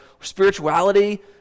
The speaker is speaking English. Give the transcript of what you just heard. spirituality